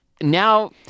Now